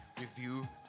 review